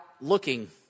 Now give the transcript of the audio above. looking